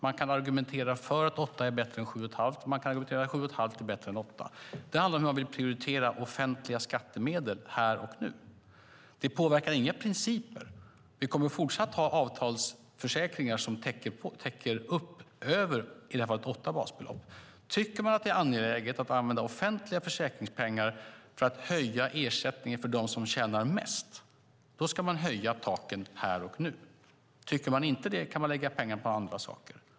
Man kan argumentera för att åtta är bättre än sju och ett halvt, och man kan argumentera för att sju och ett halvt är bättre än åtta. Det handlar om hur man vill prioritera offentliga skattemedel här och nu. Det påverkar inte några principer. Vi kommer fortsatt att ha avtalsförsäkringar som täcker upp över i det här fallet åtta basbelopp. Tycker man att det är angeläget att använda offentliga försäkringspengar för att höja ersättningen för dem som tjänar mest ska man höja taken här och nu. Tycker man inte det kan man lägga pengarna på andra saker.